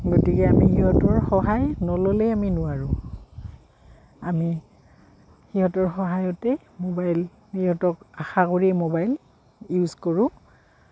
গতিকে আমি সিহঁতৰ সহায় নল'লেই আমি নোৱাৰোঁ আমি সিহঁতৰ সহায়তে মোবাইল সিহঁতক আশা কৰি মোবাইল ইউজ কৰোঁ